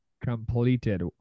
completed